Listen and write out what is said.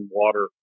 water